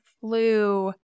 flu